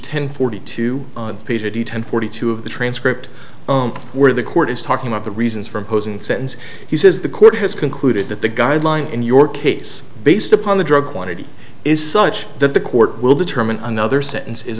ten forty two peter d ten forty two of the transcript where the court is talking about the reasons for imposing sentence he says the court has concluded that the guideline in your case based upon the drug quantity is such that the court will determine another sentence is